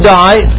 die